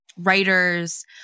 writers